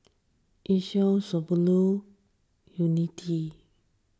Asics Shokubutsu Unity